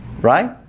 Right